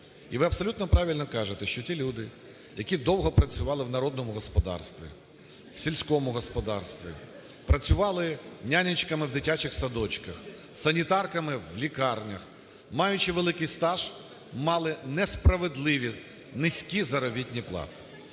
І ви абсолютно правильно кажете, що ті люди, які довго працювали в народному господарстві, в сільському господарстві, працювали нянечками в дитячих садочках, санітарками в лікарнях, маючи великий стаж, мали несправедливі низькі заробітні плати.